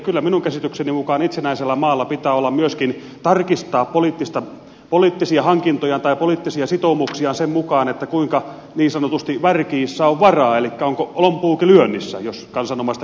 kyllä minun käsitykseni mukaan itsenäisellä maalla pitää olla myöskin mahdollisuus tarkistaa poliittisia hankintojaan tai poliittisia sitoumuksiaan sen mukaan kuinka niin sanotusti värkeissä on varaa elikkä onko lompuuki lyönnissä jos kansanomaista kieltä käytetään